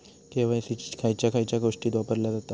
KYC खयच्या खयच्या गोष्टीत वापरला जाता?